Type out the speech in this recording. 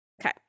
Okay